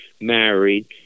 married